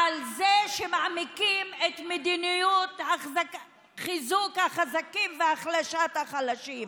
על זה שמעמיקים את מדיניות חיזוק החזקים והחלשת החלשים.